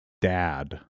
dad